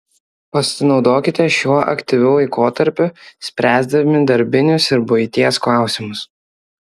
pasinaudokite šiuo aktyviu laikotarpiu spręsdami darbinius ir buities klausimus